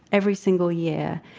every single year.